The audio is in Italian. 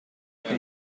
che